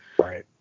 Right